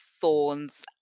thorns